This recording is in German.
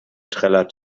trällert